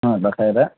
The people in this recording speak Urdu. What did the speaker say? ہاں بخیر ہے